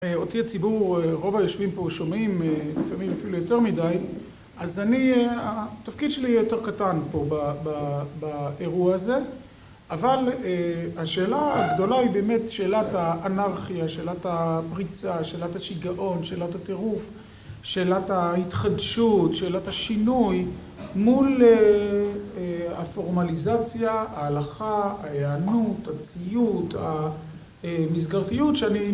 אותי הציבור רוב היושבים פה שומעים לפעמים אפילו יותר מדי, אז אני, התפקיד שלי יהיה יותר קטן פה באירוע הזה, אבל השאלה הגדולה היא באמת שאלת האנרכיה, שאלת הפריצה, שאלת השיגעון, שאלת הטירוף, שאלת ההתחדשות, שאלת השינוי מול הפורמליזציה, ההלכה, ההיענות, הציות, המסגרתיות, שאני...